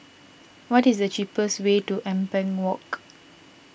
what is the cheapest way to Ampang Walk